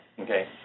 Okay